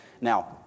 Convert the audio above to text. Now